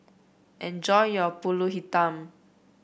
enjoy your pulut Hitam